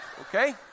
Okay